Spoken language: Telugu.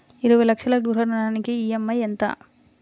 ఇరవై లక్షల గృహ రుణానికి ఈ.ఎం.ఐ ఎంత?